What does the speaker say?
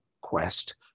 quest